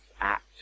act